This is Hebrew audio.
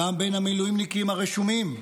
גם בין המילואימניקים הרשומים,